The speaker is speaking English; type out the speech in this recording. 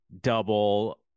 double –